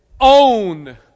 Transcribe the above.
own